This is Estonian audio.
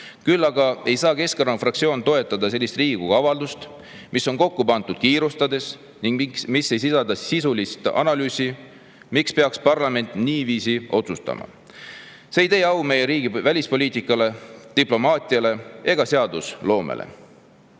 Küll aga ei saa Keskerakonna fraktsioon toetada sellist Riigikogu avaldust, mis on kokku pandud kiirustades ning mis ei sisalda sisulist analüüsi, miks peaks parlament niiviisi otsustama. See ei tee au meie riigi välispoliitikale, diplomaatiale ega seadusloomele. Mul